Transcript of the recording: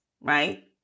right